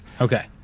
Okay